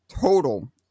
total